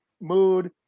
mood